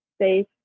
safe